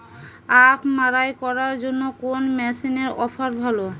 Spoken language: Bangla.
আখ মাড়াই করার জন্য কোন মেশিনের অফার ভালো?